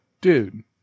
Dude